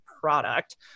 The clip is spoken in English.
product